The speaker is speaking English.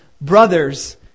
Brothers